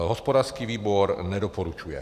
Hospodářský výbor nedoporučuje.